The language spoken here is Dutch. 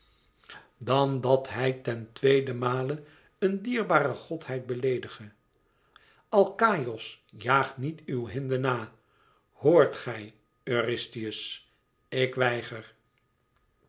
dan dat hij ten tweeden male een dierbare godheid beleedige alkaïos jaagt niet uw hinde na hoort gij eurystheus ik weiger